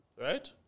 right